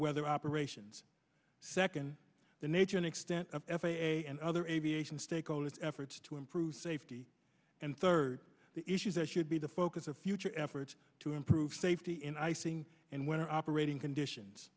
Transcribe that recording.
whether operations second the nature and extent of f a a and other aviation stakeholders efforts to improve safety and third the issues that should be the focus of future efforts to improve safety in icing and when are operating conditions